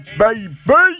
baby